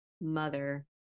Mother